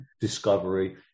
discovery